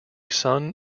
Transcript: son